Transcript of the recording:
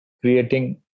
creating